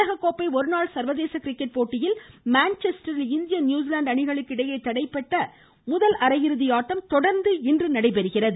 உலக கோப்பை ஒருநாள் சர்வதேச கிரிக்கெட் போட்டியில் மான்செஸ்டரில் இந்திய நியூசிலாந்து அணிகளுக்கு இடையே தடைபட்ட முதல் அரையிறுதி ஆட்டம் தொடா்ந்து இன்று நடைபெறுகிறது